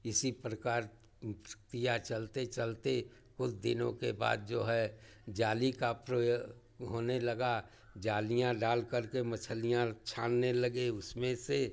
इसी प्रकार किया चलते चलते कुछ दिनों के बाद जो है जाली का प्रयोग होने लगा जालियाँ डालकर के मछलियाँ छानने लगे उसमें से